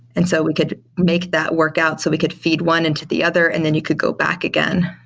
and so we could make that work out so we could feed one into the other and then you could go back again.